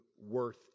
worth